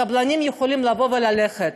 קבלנים יכולים לבוא וללכת,